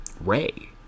Ray